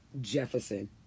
Jefferson